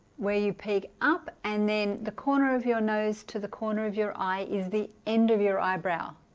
where you pick up and then the corner of your nose to the corner of your eye is the end of your eyebrow